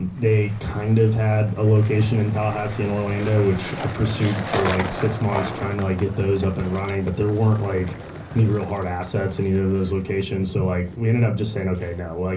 and they kind of had a location in tallahassee and orlando, which i pursued for like six months trying to get those up and running, but there weren't like any real hard assets in either of those locations, so like we ended up just saying okay, no. like